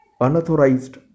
unauthorized